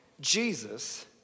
Jesus